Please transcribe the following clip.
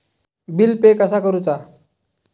Bill pay कसा करुचा?